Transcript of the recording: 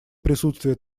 присутствие